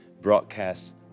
broadcast